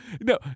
no